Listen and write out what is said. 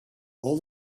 all